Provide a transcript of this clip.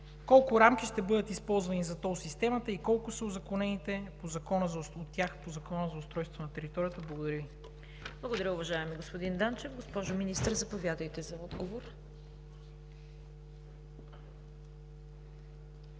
Колко рамки ще бъдат използвани за тол системата и колко са узаконените от тях по Закона за устройство на територията? Благодаря Ви. ПРЕДСЕДАТЕЛ ЦВЕТА КАРАЯНЧЕВА: Благодаря Ви, уважаеми господин Данчев. Госпожо Министър, заповядайте за отговор.